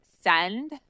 send